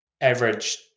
Average